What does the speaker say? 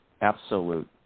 absolute